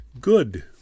good